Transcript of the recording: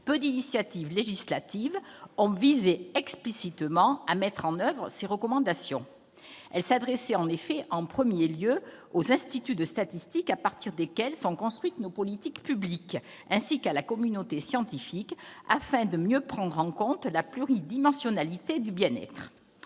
peu d'initiatives législatives ont visé explicitement à mettre en oeuvre ses recommandations. Elles s'adressaient en effet en premier lieu aux instituts produisant les statistiques à partir desquelles sont construites nos politiques publiques, ainsi qu'à la communauté scientifique, afin que soit mieux prise en compte la pluridimensionnalité du bien-être.